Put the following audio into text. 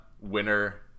winner